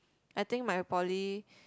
I think my poly